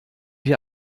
wir